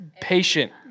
patient